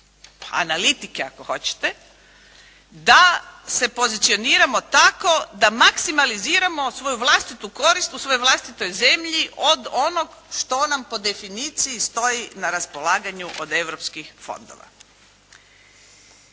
analitike ako hoćete da se pozicioniramo tako da maksimaliziramo svoju maksimalnu korist u svojoj vlastitoj zemlji od onoga što nam po definiciji stoji na raspolaganju od europskih fondova.